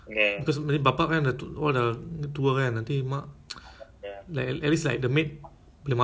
but any online pasar or not macam pasar food eh buy meat or chicken ada eh